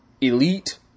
elite